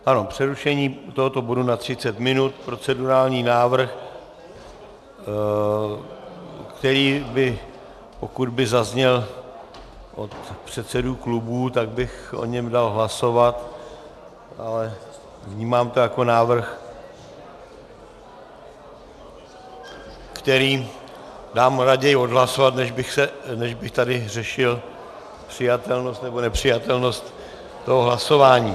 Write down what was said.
Ano, přerušení tohoto bodu na 30 minut procedurální návrh, který, pokud by zazněl od předsedů klubů, tak bych o něm dal hlasovat, ale vnímám to jako návrh, který dám raději odhlasovat, než bych tady řešil přijatelnost nebo nepřijatelnost toho hlasování.